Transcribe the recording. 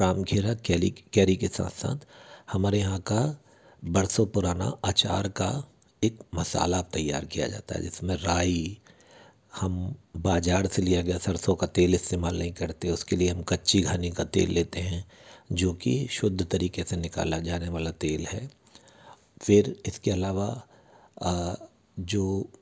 और राम खेला कैली कैरी के साथ साथ हमारे यहाँ का बरसों पुराना अचार का एक मसाला तैयार किया जाता है जिस में राई हम बाज़ार से लिया गया सरसों का तेल इस्तेमाल नहीं करते उसके लिए हम कच्ची घानी का तेल लेते हैं जो कि शुद्ध तरीक़े से निकाला जाने वाला तेल है फिर इसके अलावा जो